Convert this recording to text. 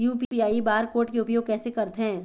UPI bar code के उपयोग कैसे करथें?